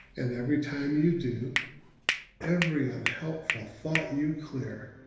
and every time you do every unhelpful thought you clear,